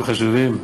חשובים,